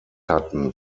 hatten